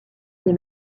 ces